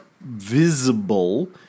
visible